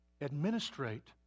administrate